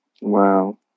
Wow